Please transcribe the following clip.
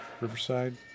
Riverside